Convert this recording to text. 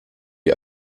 die